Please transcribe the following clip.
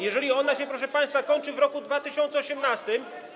Jeżeli ona się, proszę państwa, kończy w roku 2018.